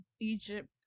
Egypt